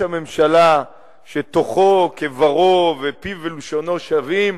הממשלה שתוכו כברו ופיו ולשונו שווים